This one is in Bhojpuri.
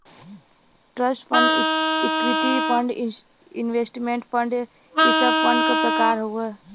trust fund equity fund investment fund इ सब फण्ड क प्रकार हउवन